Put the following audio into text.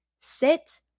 sit